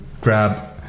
grab